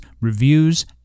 reviews